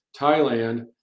Thailand